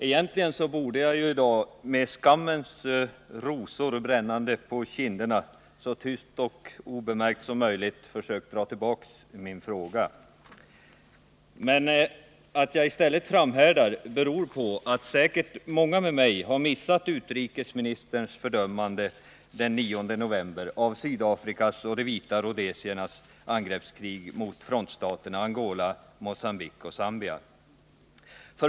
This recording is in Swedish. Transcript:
Egentligen borde jag i dag — med skammens rosor brännande på kinderna — så tyst och obemärkt som möjligt ha försökt dra tillbaka min fråga. Att jag i stället framhärdar beror på att säkert många med mig har missat utrikesministerns fördömande den 9 november av Sydafrikas och det vita Rhodesias angreppskrig mot de s.k. frontstaterna Angola, Mogambique och Zambia.